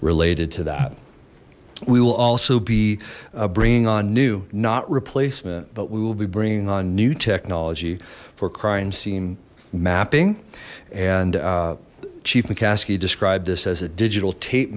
related to that we will also be bringing on new not replacement but we will be bringing on new technology for crime scene mapping and chief mccaskey described this as a digital tape